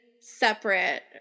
separate